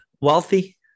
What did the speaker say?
wealthy